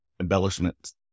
embellishments